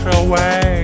away